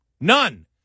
None